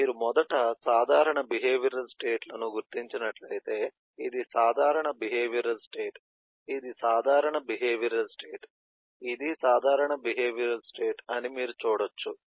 కాబట్టి మీరు మొదట సాధారణ బిహేవియరల్ స్టేట్ లను గుర్తించినట్లయితే ఇది సాధారణ బిహేవియరల్ స్టేట్ ఇది సాధారణ బిహేవియరల్ స్టేట్ ఇది సాధారణ బిహేవియరల్ స్టేట్ అని మీరు చూడవచ్చు